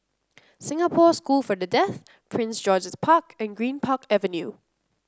Singapore School for the Deaf Prince George's Park and Greenpark Avenue